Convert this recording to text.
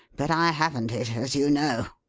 but i haven't it, as you know.